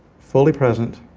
fully present,